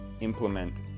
implement